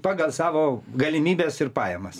pagal savo galimybes ir pajamas